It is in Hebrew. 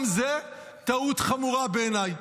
גם זה, טעות חמורה בעיניי.